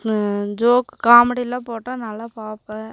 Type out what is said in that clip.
joke காமெடியெலாம் போட்டால் நல்லா பார்ப்பேன்